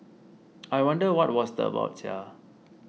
I wonder what was that about Sia